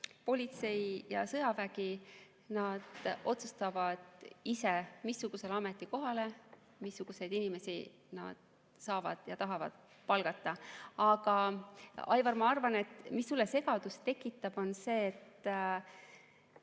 politsei ja sõjavägi otsustavad ise, missugusele ametikohale missuguseid inimesi nad saavad ja tahavad palgata. Aga, Aivar, ma arvan, et sinus tekitab segadust see, et